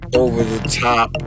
over-the-top